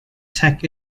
tech